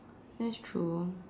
that's true